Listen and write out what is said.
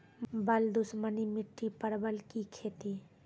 बल दुश्मनी मिट्टी परवल की खेती?